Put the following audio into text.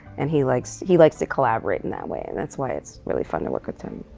and he likes, he likes to collaborate in that way. and that's why it's really fun to work with him.